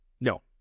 No